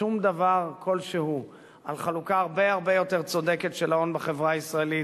שום דבר כלשהו על חלוקה הרבה-הרבה יותר צודקת של ההון בחברה הישראלית,